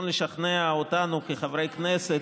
רק שים לב לזמנים.